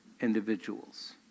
individuals